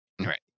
Right